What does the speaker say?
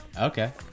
Okay